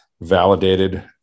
validated